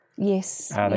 Yes